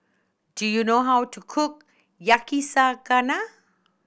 do you know how to cook Yakizakana